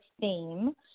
theme